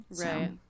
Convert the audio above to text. Right